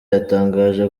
yatangaje